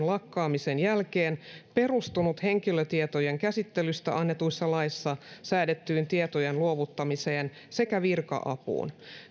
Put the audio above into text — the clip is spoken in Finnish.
lakkaamisen jälkeen perustunut henkilötietojen käsittelystä annetuissa laeissa säädettyyn tietojen luovuttamiseen sekä virka apuun